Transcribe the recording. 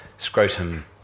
scrotum